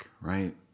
right